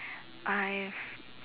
I have